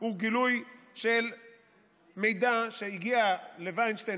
הוא גילוי של מידע שהגיע לווינשטיין